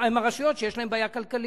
הרשויות שיש להן בעיה כלכלית.